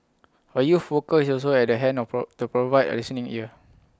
A youth worker is also at the hand of pro to provide A listening ear